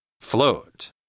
Float